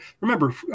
remember